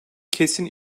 kesin